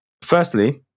firstly